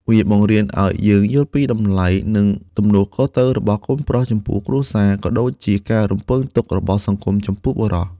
វាបង្រៀនឱ្យយើងយល់ពីតម្លៃ និងទំនួលខុសត្រូវរបស់កូនប្រុសចំពោះគ្រួសារ ក៏ដូចជាការរំពឹងទុករបស់សង្គមចំពោះបុរស។